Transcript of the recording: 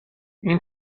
این